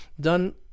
done